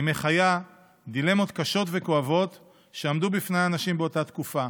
היא מחיה דילמות קשות וכואבות שעמדו בפני האנשים באותה תקופה,